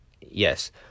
yes